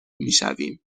میشویم